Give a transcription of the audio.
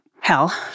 hell